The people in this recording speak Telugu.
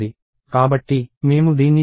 కాబట్టి మేము దీన్ని జోడించగలము